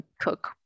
cook